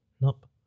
nope